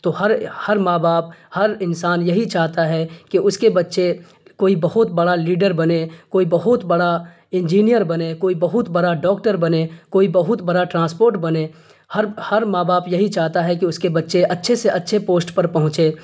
تو ہر ہر ماں باپ ہر انسان یہی چاہتا ہے کہ اس کے بچے کوئی بہت بڑا لیڈر بنے کوئی بہت بڑا انجینئر بنے کوئی بہت بڑا ڈاکٹر بنے کوئی بہت بڑا ٹرانسپورٹ بنے ہر ہر ماں باپ یہی چاہتا ہے کہ اس کے بچے اچھے سے اچھے پوسٹ پر پہنچے